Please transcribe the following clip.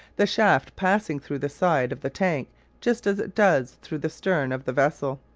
the shaft passing through the side of the tank just as it does through the stern of the vessel.